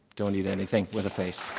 don't eat anything with a face.